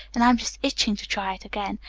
and i'm just itching to try it again.